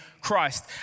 Christ